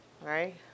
right